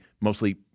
mostly